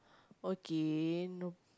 okay no